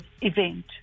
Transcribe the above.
event